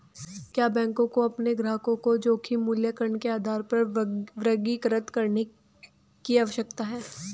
क्या बैंकों को अपने ग्राहकों को जोखिम मूल्यांकन के आधार पर वर्गीकृत करने की आवश्यकता है?